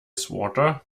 swatter